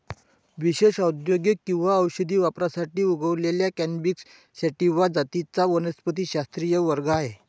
विशेषत औद्योगिक किंवा औषधी वापरासाठी उगवलेल्या कॅनॅबिस सॅटिवा जातींचा वनस्पतिशास्त्रीय वर्ग आहे